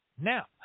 now